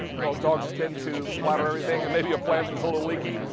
but dogs dogs tend to splatter everything. and maybe a plant that's ah ah leaky.